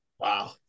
Wow